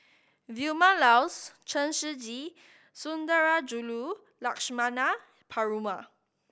Vilma Laus Chen Shiji Sundarajulu Lakshmana Perumal